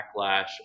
backlash